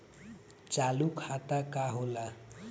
चालू खाता का होला?